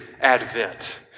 Advent